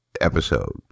episode